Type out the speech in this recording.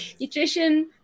nutrition